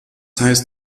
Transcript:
heißt